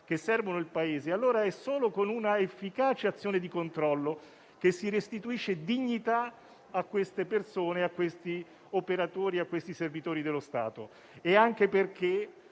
che servono il Paese. È solo con un'efficace azione di controllo che si restituisce dignità a queste persone, a questi operatori e servitori dello Stato, affinché